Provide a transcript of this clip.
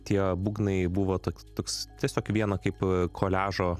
tie būgnai buvo toks tiesiog viena kaip koliažo